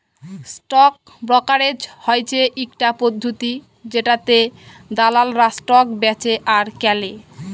stock brokerage হচ্যে ইকটা পদ্ধতি জেটাতে দালালরা স্টক বেঁচে আর কেলে